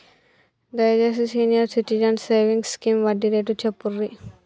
దయచేసి senior citizens savings scheme వడ్డీ rate చెప్పుర్రి